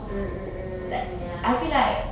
mm mm mm ya